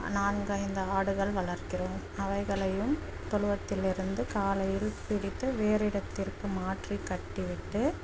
நான்கு ஐந்து ஆடுகள் வளர்க்கிறோம் அவைகளையும் தொழுவத்திலிருந்து காலையில் பிடித்து வேறு இடத்திற்கு மாற்றி கட்டிவிட்டு